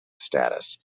status